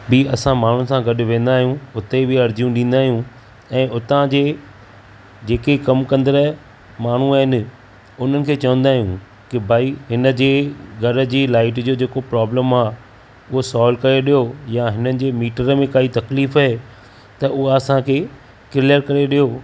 बि असां माण्हुनि सा गॾु वेंदा आहियूं हुते बि अर्ज़ियूं ॾींदा आहियूं ऐं हुता जा जेके कमु कंदड़ु माण्हू आहिनि हुननि खें चवंदा आहियूं के भाई हिन जी घर जी लाइट जो जेको प्रोबलम आ उओ सोल्व करे ॾियो या हिननि जे मीटर में काई तकलीफ़ आहे त उहा असांखे किलयर करे ॾियो